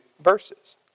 verses